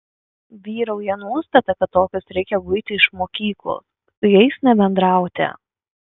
vyrauja nuostata kad tokius reikia guiti iš mokyklos su jais nebendrauti